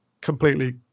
completely